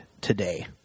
today